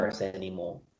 anymore